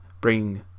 bring